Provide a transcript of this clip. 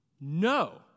no